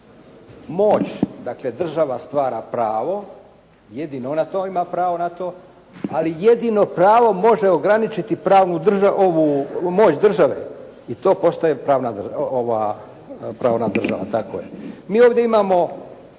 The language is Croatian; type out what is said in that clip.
moć dakle država stvara pravo, jedino ona to ima pravo na to, ali jedino pravo može ograničiti pravnu, moć države. I to postaje pravna, ova pravna